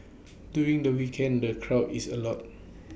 during the weekends the crowd is A lot